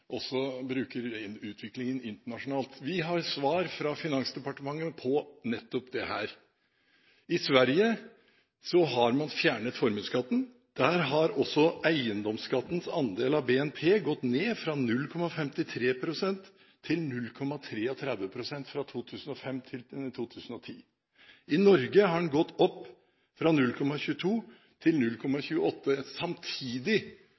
også bruker utviklingen internasjonalt. Vi har svar fra Finansdepartementet på nettopp dette. I Sverige har man fjernet formuesskatten. Der har også eiendomsskattens andel av BNP gått ned fra 0,53 pst. til 0,33 pst. fra 2005 til 2010. I Norge har den gått opp fra 0,22 pst. til 0,28 pst., samtidig